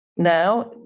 Now